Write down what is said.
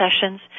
sessions